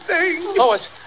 Lois